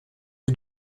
les